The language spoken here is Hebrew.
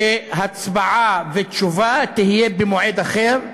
שתשובה והצבעה יהיו במועד אחר,